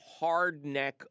hardneck